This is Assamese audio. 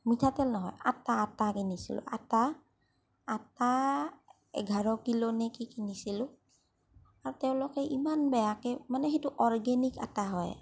মিঠাতেল নহয় আটা আটা কিনিছিলো আটা আটা এঘাৰ কিলো নে কি কিনিছিলো আৰু তেওঁলোকে ইমান বেয়াকৈ মানে সেইটো অ'ৰগেনিক আটা হয়